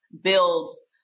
builds